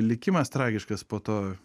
likimas tragiškas po to